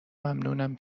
ممنونم